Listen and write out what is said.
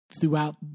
throughout